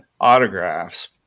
autographs